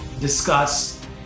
discuss